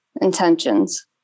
intentions